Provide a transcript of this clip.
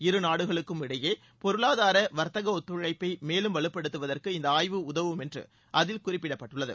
இருநாடுகளுக்கும் இடையே பொருளாதார வா்த்தக ஒத்துழைப்பை மேலும் வலுப்படுத்துவதற்கு இந்த ஆய்வு உதவுமென்று அதில் குறிப்பிடப்பட்டுள்ளது